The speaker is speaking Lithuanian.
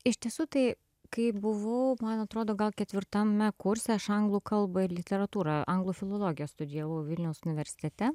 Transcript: iš tiesų tai kaip buvau man atrodo gal ketvirtame kurse aš anglų kalbą ir literatūrą anglų filologiją studijavau vilniaus universitete